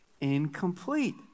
incomplete